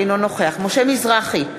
אינו נוכח משה מזרחי,